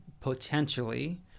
potentially